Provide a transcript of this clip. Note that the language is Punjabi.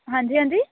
ਹਾਂਜੀ ਹਾਂਜੀ